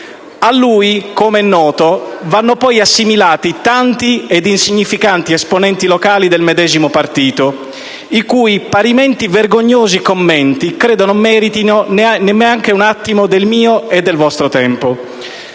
A lui, com'è noto, vanno poi assimilati tanti ed insignificanti esponenti locali del medesimo partito, i cui parimenti vergognosi commenti credo non meritino neanche un attimo del mio e del vostro tempo.